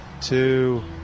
two